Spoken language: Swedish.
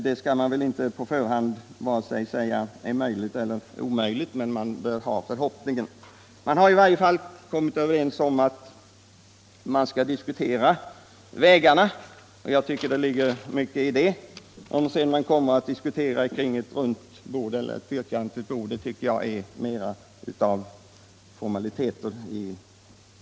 Man skall väl inte på förhand säga vare sig att det är möjligt eller att det är omöjligt utan åtminstone ha förhoppningen kvar. Man har i varje fall kommit överens om att diskutera vägarna, och jag tycker det ligger mycket i det. Om man sedan kommer att diskutera kring ett runt eller ett fykantigt bord är mera en fomalitet.